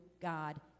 God